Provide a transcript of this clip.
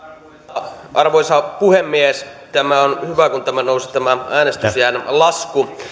arvoisa puhemies on hyvä kun nousi tämä äänestysiän lasku